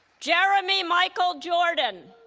jeremy michael jorden